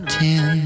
ten